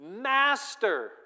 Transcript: master